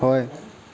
হয়